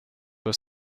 were